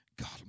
God